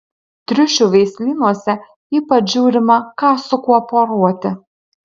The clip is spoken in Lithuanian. triušių veislynuose ypač žiūrima ką su kuo poruoti